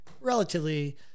relatively